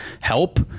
help